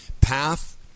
path